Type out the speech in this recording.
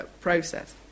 process